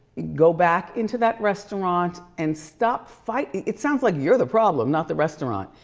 go back into that restaurant and stop fighting. it sounds like you're the problem, not the restaurant.